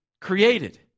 created